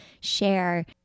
share